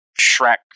Shrek